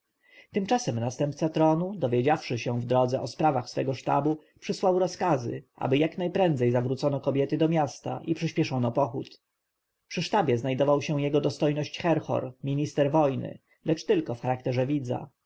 tymczasem następca tronu dowiedziawszy się w drodze o sprawach swego sztabu przysłał rozkaz ażeby jak najprędzej zawrócono kobiety do miasta i przyśpieszono pochód przy sztabie znajdował się jego dostojność herhor minister wojny lecz tylko w charakterze widza